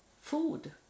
food